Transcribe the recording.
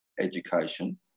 education